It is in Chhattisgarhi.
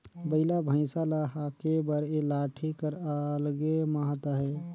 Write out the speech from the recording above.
बइला भइसा ल हाके बर ए लाठी कर अलगे महत अहे